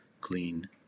clean